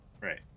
right